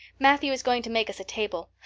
matthew is going to make us a table.